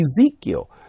Ezekiel